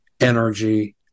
energy